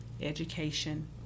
education